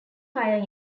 fire